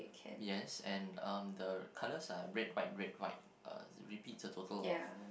yes and um the colours are red white red white uh repeat a total of